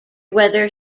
whether